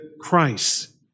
Christ